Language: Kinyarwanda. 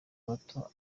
bata